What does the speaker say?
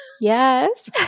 Yes